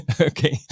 Okay